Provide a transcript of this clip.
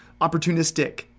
opportunistic